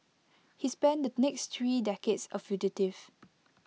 he spent the next three decades A fugitive